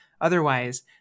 Otherwise